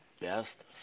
best